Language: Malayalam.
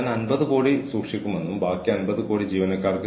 അതിനാൽ ആ കാര്യങ്ങൾ കഴിയുന്നിടത്തോളം പരിശോധിക്കണം